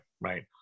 right